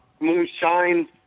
Moonshine